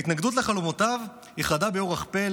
ההתנגדות לחלומותיו איחדה באורח פלא